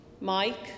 Mike